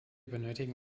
benötigen